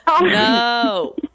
no